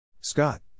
Scott